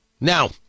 Now